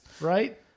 right